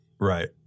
Right